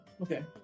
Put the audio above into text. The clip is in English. Okay